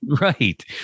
Right